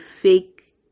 fake